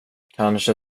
kanske